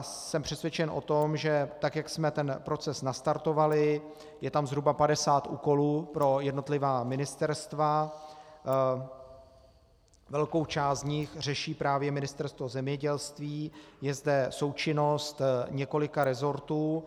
Jsem přesvědčen o tom, že tak jak jsme ten proces nastartovali, je tam zhruba 50 úkolů pro jednotlivá ministerstva, velkou část z nich řeší právě Ministerstvo zemědělství, je zde součinnost několika resortů.